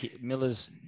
Miller's